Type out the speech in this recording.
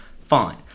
fine